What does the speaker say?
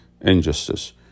injustice